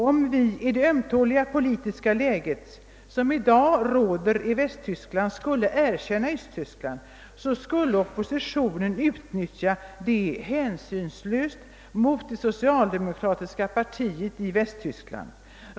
Om vi i det ömtåliga, politiska läge som i dag råder i Västtyskland skulle erkänna Östtyskland, så skulle oppositionen utnyttja det hänsynslöst mot det socialdemokratiska partiet i Västtyskland.